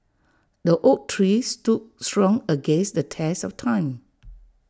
the oak tree stood strong against the test of time